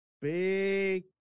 big